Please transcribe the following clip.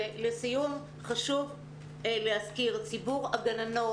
ולסיום חשוב להזכיר: ציבור הגננות,